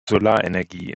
solarenergie